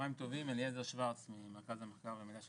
שמי אליעזר שוורץ ממרכז המחקר והמידע של